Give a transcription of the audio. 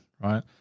right